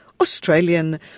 Australian